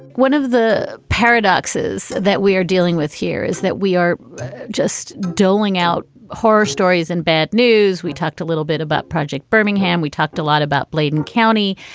one of the paradoxes that we are dealing with here is that we are just doling out horror stories and bad news. we talked a little bit about project birmingham. we talked a lot about bladen county.